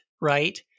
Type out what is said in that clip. right